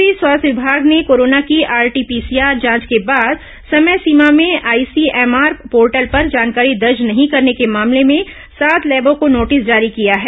इस बीच स्वास्थ्य विभाग ने कोरोना की आरटी पीसीआर जांच के बाद समय सीमा में आईसीएमआर पोर्टल पर जानकारी दर्ज नहीं करने के मामले में सात लैबों को नोटिस जारी किया है